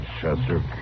Chester